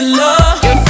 love